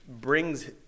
brings